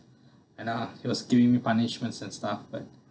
and uh he was giving me punishments and stuff but